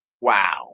wow